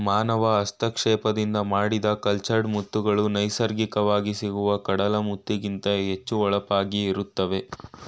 ಮಾನವ ಹಸ್ತಕ್ಷೇಪದಿಂದ ಮಾಡಿದ ಕಲ್ಚರ್ಡ್ ಮುತ್ತುಗಳು ನೈಸರ್ಗಿಕವಾಗಿ ಸಿಗುವ ಕಡಲ ಮುತ್ತಿಗಿಂತ ಹೆಚ್ಚು ಹೊಳಪಾಗಿ ಇರುತ್ತವೆ